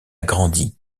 grandi